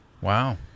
Wow